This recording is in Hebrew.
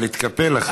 אבל התקפל אחרי זה.